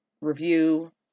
review